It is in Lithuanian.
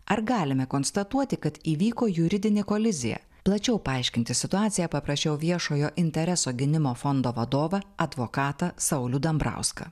ar galime konstatuoti kad įvyko juridinė kolizija plačiau paaiškinti situaciją paprašiau viešojo intereso gynimo fondo vadovą advokatą saulių dambrauską